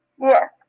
yes